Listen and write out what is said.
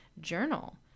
journal